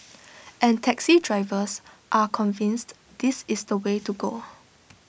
and taxi drivers are convinced this is the way to go